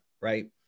right